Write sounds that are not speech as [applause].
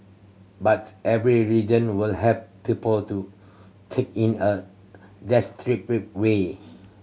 but every religion will have people to take in a [unintelligible] way